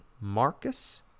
Marcus